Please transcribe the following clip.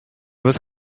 was